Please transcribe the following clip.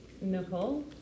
Nicole